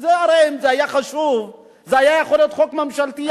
זה הרי היה יכול להיות חוק ממשלתי,